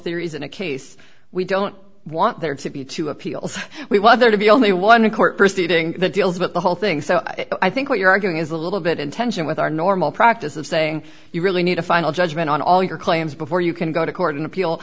theories in a case we don't want there to be two appeals we want there to be only one court proceeding that deals with the whole thing so i think what you're arguing is a little bit in tension with our normal practice of saying you really need a final judgment on all your claims before you can go to court an appeal